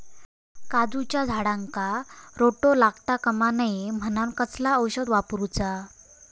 काजूच्या झाडांका रोटो लागता कमा नये म्हनान कसला औषध वापरूचा?